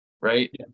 Right